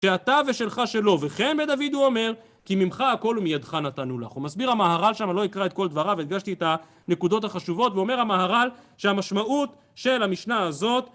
שאתה ושלך שלו וכן בדוד הוא אומר כי ממך הכל ומידך נתנו לך. ומסביר המהר"ל שם, אני לא אקרא את כל דבריו, הדגשתי את הנקודות החשובות ואומר המהר"ל שהמשמעות של המשנה הזאת